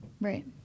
Right